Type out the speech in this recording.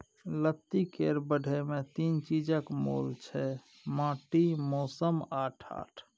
लत्ती केर बढ़य मे तीन चीजक मोल छै माटि, मौसम आ ढाठ